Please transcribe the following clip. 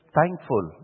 thankful